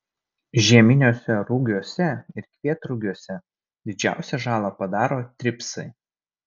žieminiuose rugiuose ir kvietrugiuose didžiausią žalą padaro tripsai